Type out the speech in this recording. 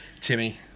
Timmy